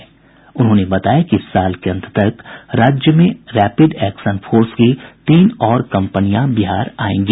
श्री शर्मा ने बताया कि इस साल के अंत तक राज्य में रैपिड एक्शन फोर्स की तीन और कंपनियां बिहार आयेंगी